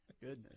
goodness